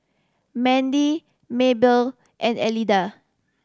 Mandy Maybelle and Elida